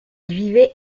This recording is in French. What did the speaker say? vivait